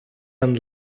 man